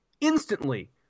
instantly